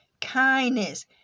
kindness